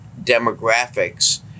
demographics